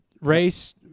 race